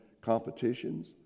competitions